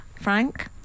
frank